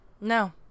no